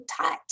touch